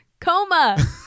Coma